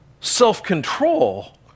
self-control